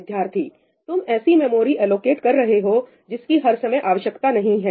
विद्यार्थी तुम ऐसी मेमोरी एलोकेट कर रहे हो जिसकी हर समय आवश्यकता नहीं है